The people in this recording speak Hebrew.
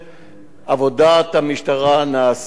עבודת המשטרה נעשית באמת